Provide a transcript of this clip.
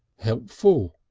helpful,